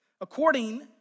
according